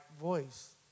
voice